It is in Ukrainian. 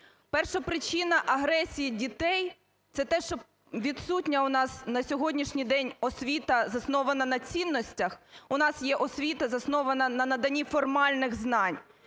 Першопричина агресії дітей – це те, що відсутня у нас на сьогоднішній день освіта, заснована на цінностях, у нас є освіта, заснована на наданні формальних знань.